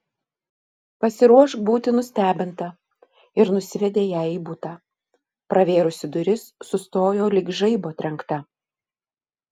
pasiruošk būti nustebinta ir nusivedė ją į butą pravėrusi duris sustojo lyg žaibo trenkta